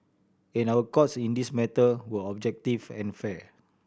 and our Courts in this matter were objective and fair